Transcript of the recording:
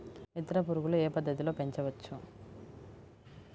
మిత్ర పురుగులు ఏ పద్దతిలో పెంచవచ్చు?